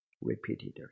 repeatedly